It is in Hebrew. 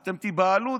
אתם תיבהלו.